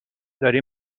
داری